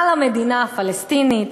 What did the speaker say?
על המדינה הפלסטינית,